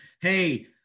hey